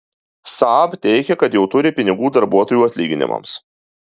saab teigia kad jau turi pinigų darbuotojų atlyginimams